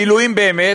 העילויים באמת,